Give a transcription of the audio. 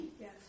Yes